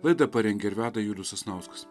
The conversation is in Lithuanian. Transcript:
laidą parengė ir veda julius sasnauskas